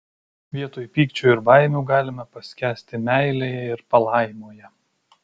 vietoj pykčio ir baimių galime paskęsti meilėje ir palaimoje